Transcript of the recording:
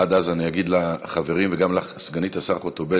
עד אז אני אגיד לחברים וגם לסגנית השר חוטובלי,